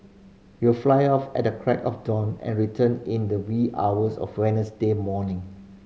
you'll fly off at the crack of dawn and return in the wee hours of Wednesday morning